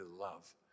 love